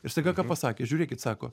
ir staiga ką pasakė žiūrėkit sako